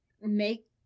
make